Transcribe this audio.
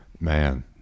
Man